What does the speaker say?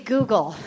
Google